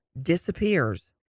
disappears